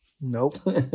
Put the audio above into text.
Nope